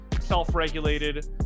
self-regulated